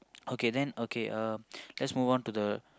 okay then okay um let's move on to the